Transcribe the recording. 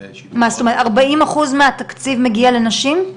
ארבעים אחוז מהתקציב מגיע לנשים?